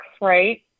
right